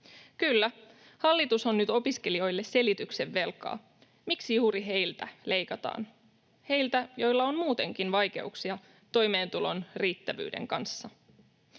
Kyllä, hallitus on nyt opiskelijoille selityksen velkaa, miksi juuri heiltä leikataan, heiltä, joilla on muutenkin vaikeuksia toimeentulon riittävyyden kanssa.